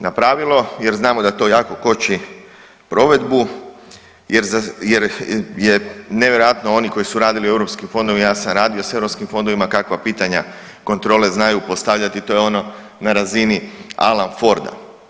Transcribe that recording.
napravilo jer znamo da to jako koči provedbu jer je nevjerojatno oni koji su radili u europskim fondovima, ja sam radio s europskim fondovima kakva pitanja kontrole znaju postavljati, to je ono na razini Alan Forda.